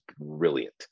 brilliant